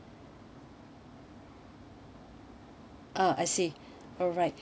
uh I see alright